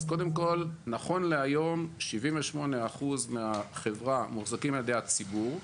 אז קודם כל נכון להיום 78% מהחברה מוחזקים על ידי הציבור.